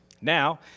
Now